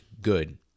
good